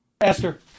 Esther